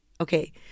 Okay